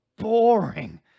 Boring